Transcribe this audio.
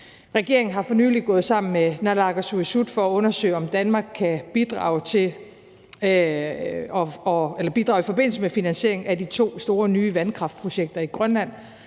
Regeringen er for nylig gået sammen med naalakkersuisut for at undersøge, om Danmark kan bidrage i forbindelse med finansieringen af de to store nye vandkraftprojekter i Grønland,